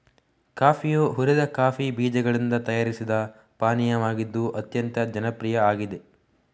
ಕಾಫಿಯು ಹುರಿದ ಕಾಫಿ ಬೀಜಗಳಿಂದ ತಯಾರಿಸಿದ ಪಾನೀಯವಾಗಿದ್ದು ಅತ್ಯಂತ ಜನಪ್ರಿಯ ಆಗಿದೆ